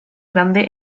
grande